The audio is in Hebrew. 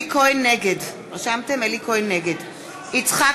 נגד יצחק